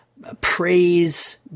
praise